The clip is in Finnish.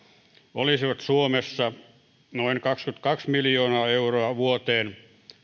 olisivat suomessa noin kaksikymmentäkaksi miljoonaa euroa vuoteen